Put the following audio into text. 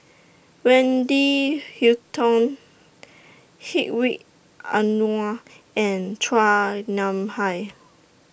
Wendy Hutton Hedwig Anuar and Chua Nam Hai